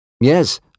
Yes